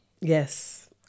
Yes